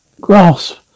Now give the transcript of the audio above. Grasp